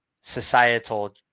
societal